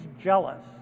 jealous